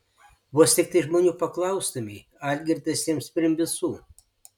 vos tiktai žmonių paklaustumei algirdas jiems pirm visų